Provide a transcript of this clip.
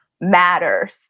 matters